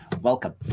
Welcome